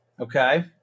Okay